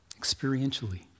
experientially